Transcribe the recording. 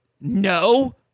No